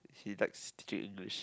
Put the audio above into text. he likes teaching English